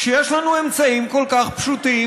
כשיש לנו אמצעים כל כך פשוטים,